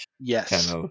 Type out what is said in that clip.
yes